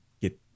get